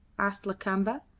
asked lakamba,